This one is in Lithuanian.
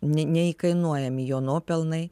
ne neįkainojami jo nuopelnai